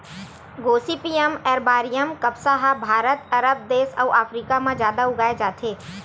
Gossypium arboreum कपसा ह भारत, अरब देस अउ अफ्रीका म जादा उगाए जाथे